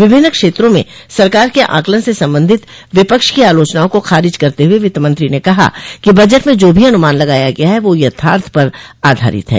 विभिन्न क्षेत्रों में सरकार के आकलन से संबंधित विपक्ष की आलोचनाओं को खारिज करते हुए वित्तमंत्री ने कहा कि बजट में जो भी अनुमान लगाया गया है वह यथार्थ पर आधारित है